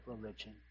religion